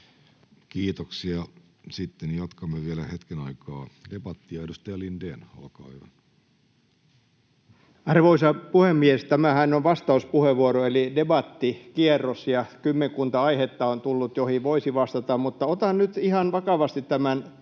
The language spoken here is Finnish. Kiitoksia. — Sitten jatkamme vielä hetken aikaa debattia. — Edustaja Lindén, olkaa hyvä. Arvoisa puhemies! Tämähän on vastauspuheenvuoro- eli debattikierros, ja on tullut kymmenkunta aihetta, joihin voisi vastata, mutta otan nyt ihan vakavasti tämän